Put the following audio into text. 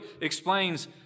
explains